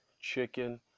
chicken